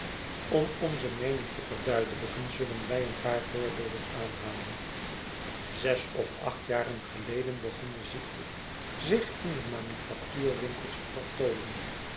om onze meening te verduidelijken zullen wij een paar voorbeelden aanhalen zes of acht jaren geleden begon de ziekte zich in de manufactuurwinkels te vertoonen